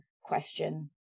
question